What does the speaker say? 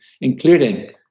including